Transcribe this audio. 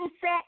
set